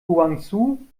guangzhou